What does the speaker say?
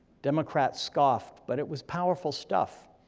democrats scoffed, but it was powerful stuff.